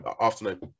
afternoon